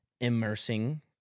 immersing